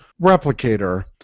replicator